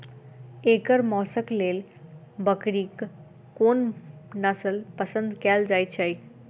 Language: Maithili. एकर मौशक लेल बकरीक कोन नसल पसंद कैल जाइ छै?